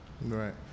Right